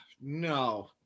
No